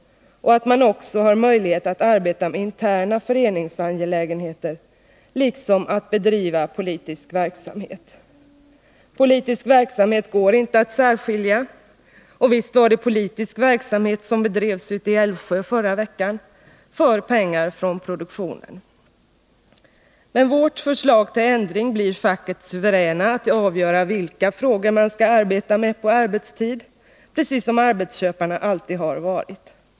Det krävs också möjligheter att arbeta med interna föreningsangelägenheter liksom att bedriva politisk verksamhet. Politisk verksamhet går inte att särskilja från annan; visst var det politisk verksamhet som bedrevs i Älvsjö förra veckan — för pengar från produktionen. Med vårt förslag till ändring blir facket suveränt att avgöra vilka frågor man skall arbeta med på arbetstid — precis som arbetsköparna alltid har varit.